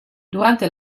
durante